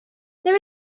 there